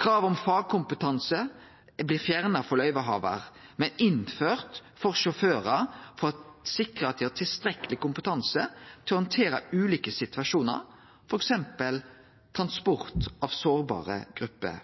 Kravet om fagkompetanse blir fjerna for løyvehavarane, men innført for sjåførar, for å sikre at dei har tilstrekkeleg kompetanse til å handtere ulike situasjonar, f.eks. transport av sårbare grupper.